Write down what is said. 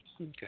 Okay